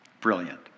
Brilliant